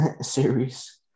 series